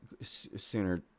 sooner